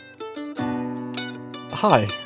Hi